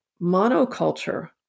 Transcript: monoculture